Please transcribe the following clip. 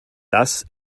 das